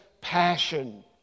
passion